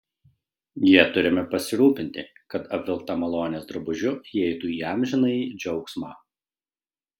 ja turime pasirūpinti kad apvilkta malonės drabužiu įeitų į amžinąjį džiaugsmą